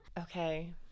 okay